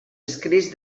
escrits